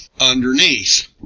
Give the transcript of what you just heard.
underneath